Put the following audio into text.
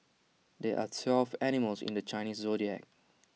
there are twelve animals in the Chinese Zodiac